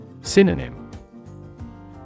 Synonym